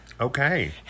Okay